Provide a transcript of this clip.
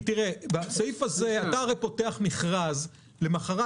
בסעיף הזה אתה הרי פותח מכרז ולמחרת,